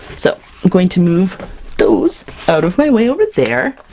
so i'm going to move those out of my way, over there.